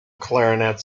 clarinet